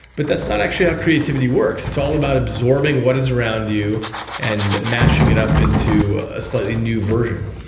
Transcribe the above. but that's not actually how creativity works, it's all about absorbing what is around you and mashing it up into a slightly new version.